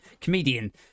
comedian